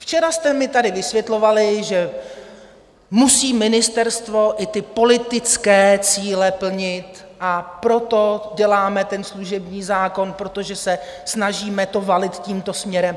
včera jste mi tady vysvětlovali, že musí ministerstvo i politické cíle plnit, a proto děláme ten služební zákon, protože se snažíme to valit tímto směrem.